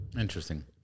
interesting